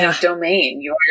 domain